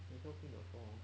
might as well clean the floor